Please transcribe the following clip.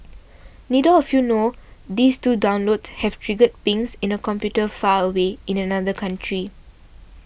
neither of you know these two downloads have triggered pings in a computer far away in another country